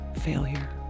failure